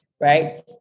right